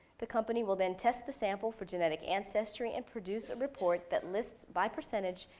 the company will then test the sample for genetic ancestry and produce a report that list, by percentage,